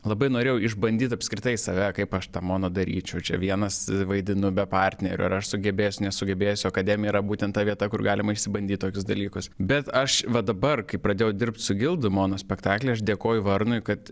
labai norėjau išbandyt apskritai save kaip aš tą mono daryčiau čia vienas vaidinu be partnerio ar aš sugebėsiu nesugebėsiu akademija yra būtent ta vieta kur galima išsibandyt tokius dalykus bet aš va dabar kai pradėjau dirbti su gildu monospektaklį aš dėkoju varnui kad